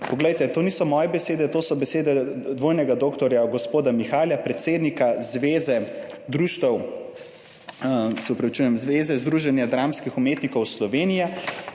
Poglejte, to niso moje besede, to so besede dvojnega doktorja gospoda Mihalja, predsednika Zveze združenja dramskih umetnikov Slovenije,